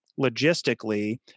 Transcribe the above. logistically